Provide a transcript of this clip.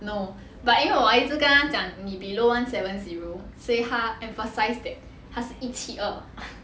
no but 因为我一直跟他讲你 below one seven zero 所以他 emphasise that 他是一七二